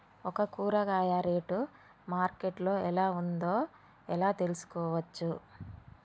ఒక కూరగాయ rate market లో ఎలా ఉందో ఎలా తెలుసుకోవచ్చు?